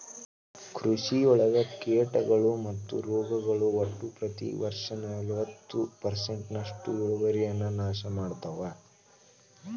ಕೃಷಿಯೊಳಗ ಕೇಟಗಳು ಮತ್ತು ರೋಗಗಳು ಒಟ್ಟ ಪ್ರತಿ ವರ್ಷನಲವತ್ತು ಪರ್ಸೆಂಟ್ನಷ್ಟು ಇಳುವರಿಯನ್ನ ನಾಶ ಮಾಡ್ತಾವ